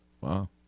Wow